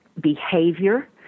behavior